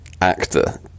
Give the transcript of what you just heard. actor